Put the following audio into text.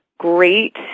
Great